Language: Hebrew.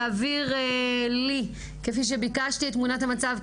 להעביר לי כפי שביקשתי את תמונת המצב,